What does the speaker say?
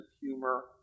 humor